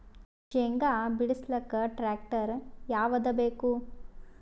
ಶೇಂಗಾ ಬಿಡಸಲಕ್ಕ ಟ್ಟ್ರ್ಯಾಕ್ಟರ್ ಯಾವದ ಬೇಕು?